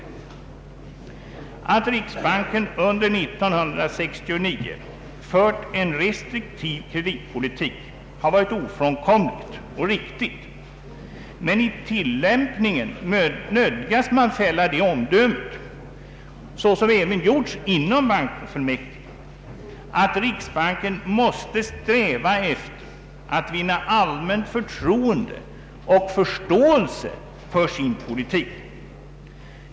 Att riksbanken under 1969 fört en restriktiv kreditpolitik har varit ofrånkomligt och riktigt, men man nödgas fälla det omdömet — såsom även gjorts inom bankofullmäktige — att riksbanken vid tillämpningen måste sträva efter att vinna allmänt förtroende och förståelse för sin politik.